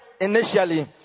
initially